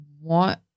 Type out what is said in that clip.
want